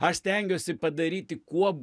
aš stengiuosi padaryti kuo